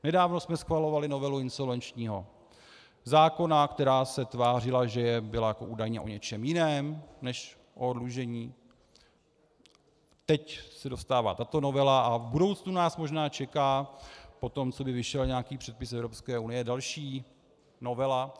Nedávno jsme schvalovali novelu insolvenčního zákona, která se tvářila, že byla údajně o něčem jiném než o oddlužení, teď se dostává tato novela a v budoucnu nás možná čeká po tom, co by vyšel nějaký předpis Evropské unie, další novela.